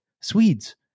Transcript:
Swedes